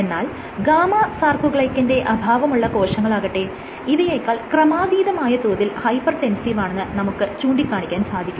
എന്നാൽ ഗാമ സാർകോഗ്ലൈക്കന്റെ അഭാവമുള്ള കോശങ്ങളാകട്ടെ ഇവയെക്കാൾ ക്രമാധീതമായ തോതിൽ ഹൈപ്പർ ടെൻസീവാണെന്ന് നമുക്ക് ചൂണ്ടിക്കാണിക്കാൻ സാധിക്കുന്നു